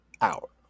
out